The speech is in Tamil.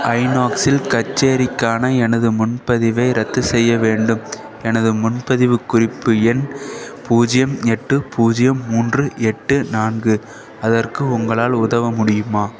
ஐநாக்ஸ் இல் கச்சேரிக்கான எனது முன்பதிவை ரத்துசெய்ய வேண்டும் எனது முன்பதிவு குறிப்பு எண் பூஜ்ஜியம் எட்டு பூஜ்ஜியம் மூன்று எட்டு நான்கு அதற்கு உங்களால் உதவ முடியுமா